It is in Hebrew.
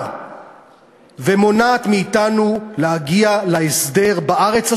ומונעת מאתנו להגיע להסדר בארץ הזאת,